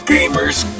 Gamer's